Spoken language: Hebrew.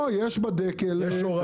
לא, יש בדקל הורדה בחינם.